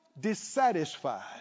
dissatisfied